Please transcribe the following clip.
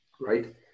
right